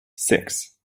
six